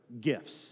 gifts